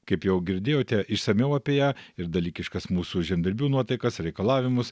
kaip jau girdėjote išsamiau apie ją ir dalykiškas mūsų žemdirbių nuotaikas reikalavimus